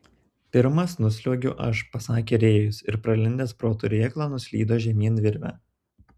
pirmas nusliuogiu aš pasakė rėjus ir pralindęs pro turėklą nuslydo žemyn virve